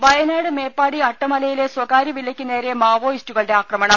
ദരദ വയനാട് മേപ്പാടി അട്ടമലയിലെ സ്വകാര്യ വില്ലയ്ക്ക് നേരെ മാവോയിസ്റ്റുകളുടെ ആക്രമണം